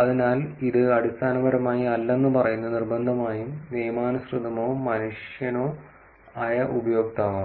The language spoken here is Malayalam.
അതിനാൽ ഇത് അടിസ്ഥാനപരമായി അല്ലെന്ന് പറയുന്നു നിർബന്ധമായും നിയമാനുസൃതമോ മനുഷ്യനോ ആയ ഉപയോക്താവ്